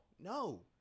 No